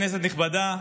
כנסת נכבדה,